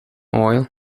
oil